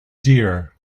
deer